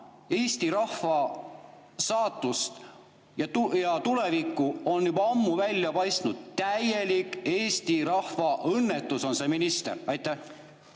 Eesti rahva saatust ja tulevikku on juba ammu välja paistnud. Täielik Eesti rahva õnnetus on see minister. Aitäh!